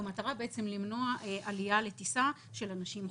וזאת במטרה למנוע עלייה לטיסה של אנשים חולים.